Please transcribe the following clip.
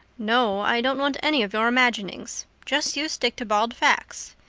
no, i don't want any of your imaginings. just you stick to bald facts.